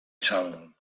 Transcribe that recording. someone